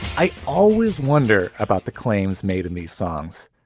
i always wonder about the claims made in these songs.